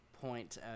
point